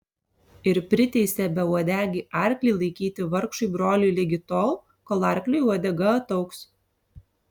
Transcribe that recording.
ir priteisė beuodegį arklį laikyti vargšui broliui ligi tol kol arkliui uodega ataugs